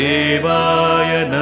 Devaya